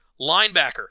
Linebacker